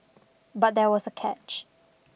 but there was a catch